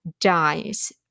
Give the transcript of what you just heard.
dies